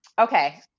Okay